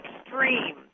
extreme